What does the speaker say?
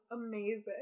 amazing